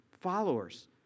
followers